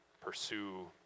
pursue